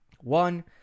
One